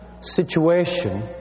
situation